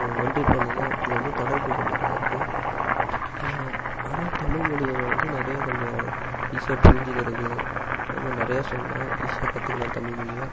ஒன்றிப் போனதுதான் இது வந்து தொடர்ப்பு இருக்கிற மாதிரிதான் இருக்கும் ஆனால் தமிழ்மொழியில வந்து நிறைய கொஞ்சம் ஈஸியாக புரிஞ்சிக்கிறது அதை மாதிரி நிறைய சொல்லலாம் ஈஸியாக கற்றுக்குலாம் தமிழ்மொழியை